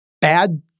bad